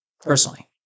Personally